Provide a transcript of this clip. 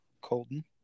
colton